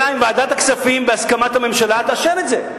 אלא אם כן ועדת הכספים בהסכמת הממשלה תאשר את זה.